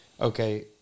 okay